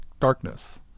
darkness